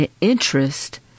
interest